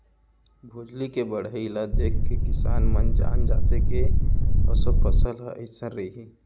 भोजली के बड़हई ल देखके किसान मन जान जाथे के ऑसो फसल ह अइसन रइहि